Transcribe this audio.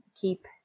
keep